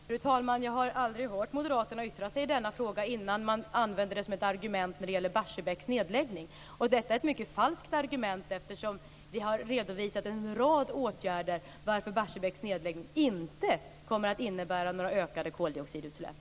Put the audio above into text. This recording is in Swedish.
Fru talman! Jag har aldrig hört Moderaterna yttra sig i denna fråga innan man började använda det som ett argument när det gäller Barsebäcks nedläggning. Det är ett mycket falskt argument eftersom vi har redovisat en rad åtgärder som gör att Barsebäcks nedläggning inte kommer att innebära några ökade koldioxidutsläpp.